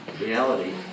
reality